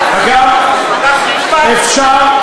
אתה חוצפן.